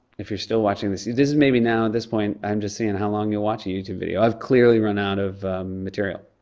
if you're still watching this, this is maybe, now, at this point, i'm just seein' how long you'll watch a youtube video. i've clearly run out of material.